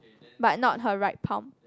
but not her right pound